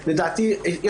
אז לדעתי,